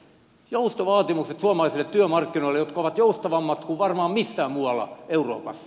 joustovaatimukset suomalaisille työmarkkinoille jotka ovat joustavammat kuin varmaan missään muualla euroopassa